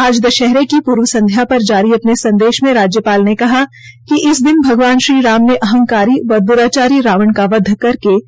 आज दशहरे की पूर्व संध्या पर जारी अपने संदेश में राज्यपाल ने कहा कि इस दिन भगवान श्री राम ने अहंकारी व दुराचारी रावण का वध करके